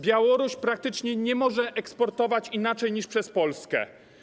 Białoruś praktycznie nie może eksportować gdzie indziej niż przez Polskę.